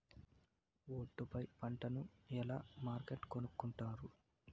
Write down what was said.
ఒట్టు పై పంటను ఎలా మార్కెట్ కొనుక్కొంటారు?